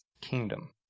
kingdom